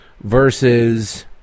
versus